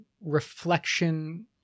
reflection